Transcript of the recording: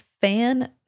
fan